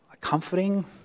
comforting